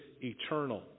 eternal